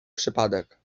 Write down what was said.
przypadek